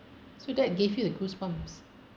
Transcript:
so that gave you the goosebumps